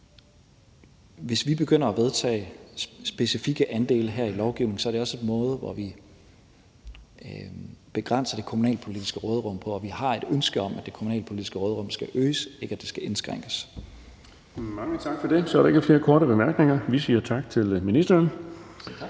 hvis vi begynder at vedtage specifikke andele her i lovgivningen, er det også en måde, hvor vi begrænser det kommunalpolitiske råderum på. Vi har et ønske om, at det kommunalpolitiske råderum skal øges, og ikke, at det skal indskrænkes. Kl. 10:03 Den fg. formand (Erling Bonnesen): Mange tak for det. Så er der ikke flere korte bemærkninger. Vi siger tak til ministeren. Da